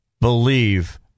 believe